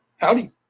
Howdy